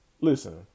Listen